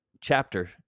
chapter